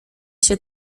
się